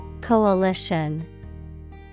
Coalition